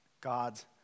God's